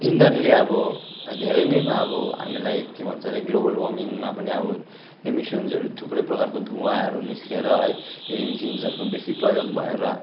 इन्धनले अब धेरै नै अब हामीलाई के भन्छ अरे ग्लोबल वार्मिङमा पनि अब एमिसन्सहरू थुप्रै प्रकारको धुवाँहरू निस्केर है यो इञ्जिन्सहरूको बेसी प्रयोग भएर